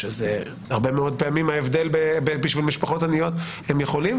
שזה הרבה מאוד פעמים ההבדל בשביל משפחות עניות הם יכולים,